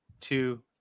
two